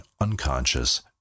unconscious